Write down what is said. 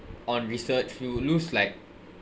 on research we would lose like